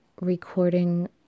recording